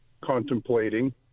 contemplating